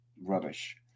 Rubbish